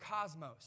cosmos